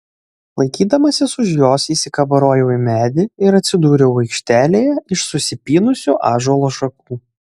laikydamasis už jos įsikabarojau į medį ir atsidūriau aikštelėje iš susipynusių ąžuolo šakų